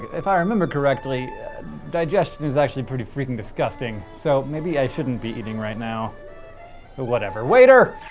if i remember correctly digestion is actually pretty freaking disgusting. so maybe i shouldn't be eating right now. oh whatever. waiter!